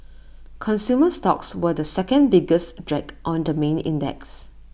consumer stocks were the second biggest drag on the main index